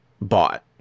bought